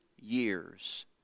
years